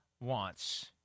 wants